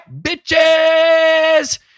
bitches